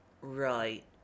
Right